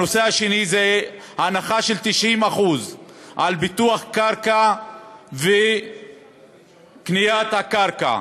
הנושא השני הוא הנחה של 90% על ביטוח קרקע וקניית הקרקע.